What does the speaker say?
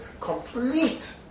complete